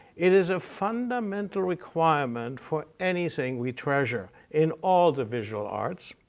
it is a fundamental requirement for anything we treasure in all the visual arts,